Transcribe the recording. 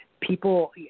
people